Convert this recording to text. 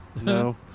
No